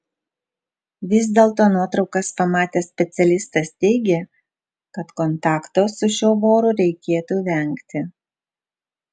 vis dėlto nuotraukas pamatęs specialistas teigė kad kontakto su šiuo voru reikėtų vengti